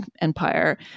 empire